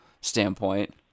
standpoint